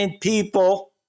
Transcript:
People